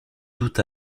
doute